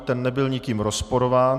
Ten nebyl nikým rozporován.